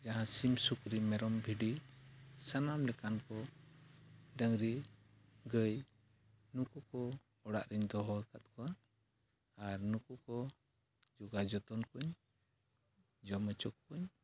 ᱡᱟᱦᱟᱸ ᱥᱤᱢ ᱥᱩᱠᱨᱤ ᱢᱮᱨᱚᱢ ᱵᱷᱤᱰᱤ ᱥᱟᱱᱟᱢ ᱞᱮᱠᱟᱱ ᱠᱚ ᱰᱟᱹᱝᱨᱤ ᱜᱟᱹᱭ ᱱᱩᱠᱩ ᱠᱚ ᱚᱲᱟᱜ ᱨᱤᱧ ᱫᱚᱦᱚ ᱟᱠᱟᱫ ᱠᱚᱣᱟ ᱟᱨ ᱱᱩᱠᱩ ᱠᱚ ᱡᱚᱜᱟᱣ ᱡᱚᱛᱚᱱ ᱠᱩᱧ ᱡᱚᱢ ᱦᱚᱪᱚ ᱠᱩᱣᱟᱹᱧ